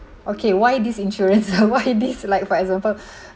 okay why these insurance why this like for example